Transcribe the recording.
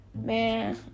man